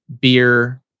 beer